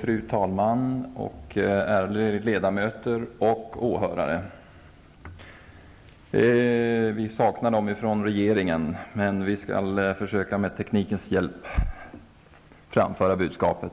Fru talman! Ärade ledamöter och åhörare! Jag saknar representanter från regeringen, men med teknikens hjälp skall jag försöka att framföra mitt budskap.